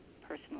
personal